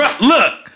look